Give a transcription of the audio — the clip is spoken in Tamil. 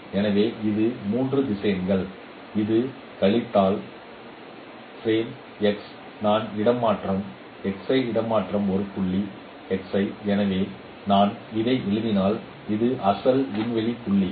எனவே இது 3 திசையன்கள் இது 0 0 0 கழித்தல் w i பிரைம் x நான் இடமாற்றம் x i இடமாற்றம் ஒரு புள்ளி x i எனவே நான் இதை எழுதினால் இது அசல் விண்வெளி புள்ளிகள்